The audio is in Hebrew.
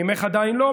ממך עדיין לא,